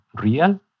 real